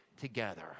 together